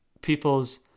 people's